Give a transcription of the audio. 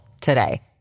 today